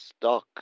stuck